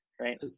right